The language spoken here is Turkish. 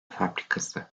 fabrikası